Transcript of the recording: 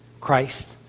Christ